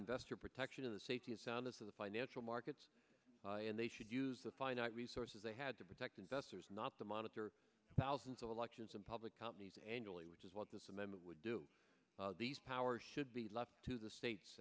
investor protection of the safety and soundness of the financial markets and they should use a finite resources they had to protect investors not to monitor thousands of elections and public companies annually which is what this amendment would do these powers should be left to the states